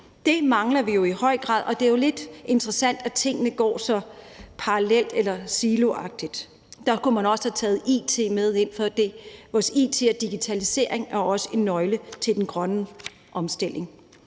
Det mangler vi i høj grad. Og det er jo lidt interessant, at tingene går så parallelt eller siloagtigt. Der kunne man også have taget it med ind, for vores it og digitalisering er også en nøgle til den grønne omstilling.